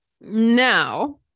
Now